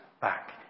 back